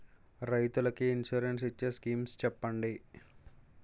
రైతులు కి ఇన్సురెన్స్ ఇచ్చే స్కీమ్స్ చెప్పండి?